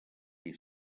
qui